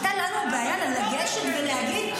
הייתה לנו בעיה לגשת ולהגיד: